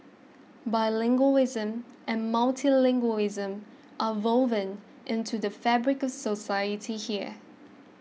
bilingualism and multilingualism are woven into the fabric of society here